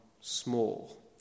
small